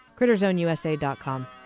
CritterZoneUSA.com